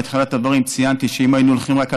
בתחילת הדברים ציינתי שאם היינו הולכים רק על